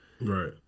Right